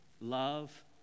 love